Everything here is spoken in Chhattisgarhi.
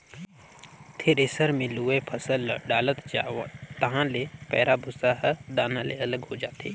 थेरेसर मे लुवय फसल ल डालत जा तहाँ ले पैराःभूसा हर दाना ले अलग हो जाथे